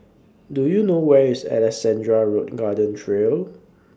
Do YOU know Where IS Alexandra Road Garden Trail